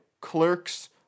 Clerks